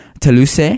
Toulouse